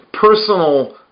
personal